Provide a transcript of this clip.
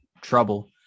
trouble